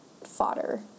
fodder